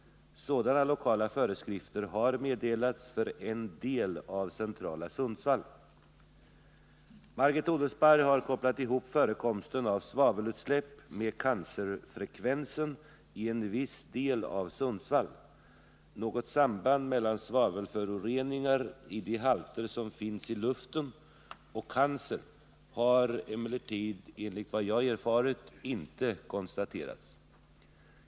Sådana lokala föreskrifter har meddelats för en del av centrala Sundsvall. Margit Odelsparr har kopplat ihop förekomsten av svavelutsläpp med cancerfrekvensen i en viss del av Sundsvall. Något samband mellan svavelföroreningar i de halter som finns i luften och cancer har emellertid enligt vad jag erfarit inte konstaterats.